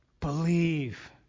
Believe